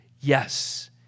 Yes